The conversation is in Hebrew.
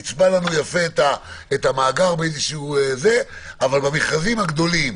נצבע לנו יפה את המאגר, אבל במכרזים הגדולים,